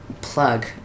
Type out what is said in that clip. plug